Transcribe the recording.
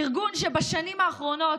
ארגון שבשנים האחרונות,